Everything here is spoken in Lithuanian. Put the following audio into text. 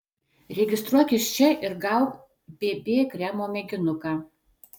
registruokis čia ir gauk bb kremo mėginuką